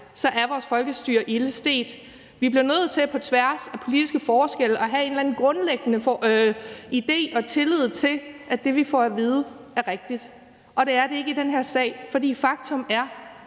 så er vores folkestyre ilde stedt. Vi bliver nødt til på tværs af politiske forskelle at have en eller anden grundlæggende idé om og tillid til, at det, vi får at vide, er rigtigt, og det er det ikke i den her sag. For faktum er,